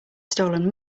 stolen